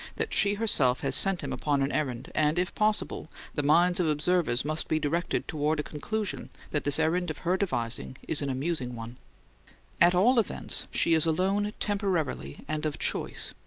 that she herself has sent him upon an errand and, if possible, the minds of observers must be directed toward a conclusion that this errand of her devising is an amusing one at all events, she is alone temporarily and of choice,